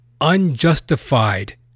unjustified